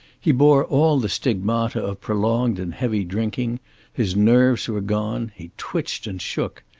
he bore all the stigmata of prolonged and heavy drinking his nerves were gone he twitched and shook.